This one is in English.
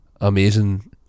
amazing